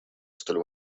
столь